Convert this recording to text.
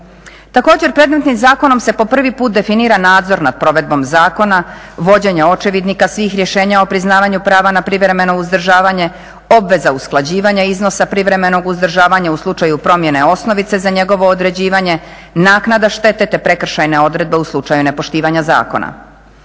Također predmetnim zakonom se po prvi put definira nadzor nad provedbom zakona, vođenja očevidnika svih rješenja o priznavanju prava na privremeno uzdržavanje, obveza usklađivanja iznosa privremenog uzdržavanja u slučaju promjene osnovice za njegovo određivanje, naknada štete te prekršajne odredbe u slučaju nepoštivanja zakona.